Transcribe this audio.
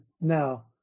now